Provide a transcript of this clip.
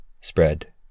spread